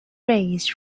raised